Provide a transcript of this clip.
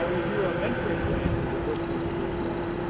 if you're a mentoring grant and you're listening to this now,